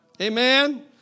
Amen